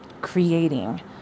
creating